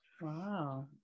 wow